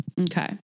Okay